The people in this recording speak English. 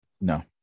No